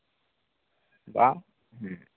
ᱵᱟ ᱦᱩᱸ